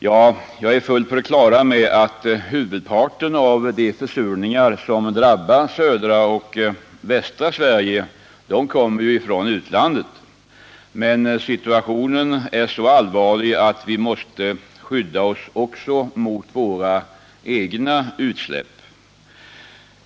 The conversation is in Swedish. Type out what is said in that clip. Jag är fullt på det klara med att huvudparten av de försurningar som drabbar södra och västra Sverige kommer från utlandet, men situationen är så allvarlig att vi måste skydda oss också mot våra egna utsläpp.